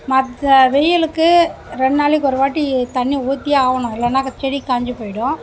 மற்ற வெயிலுக்கு ரெண்டு நாளைக்கு ஒரு வாட்டி தண்ணி ஊற்றியே ஆகணும் இல்லைனாக்கா செடி காஞ்சு போய்விடும்